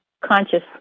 conscious